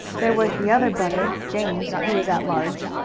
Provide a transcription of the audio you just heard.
there was the other brother, james, who was at large.